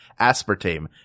aspartame